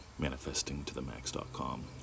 manifestingtothemax.com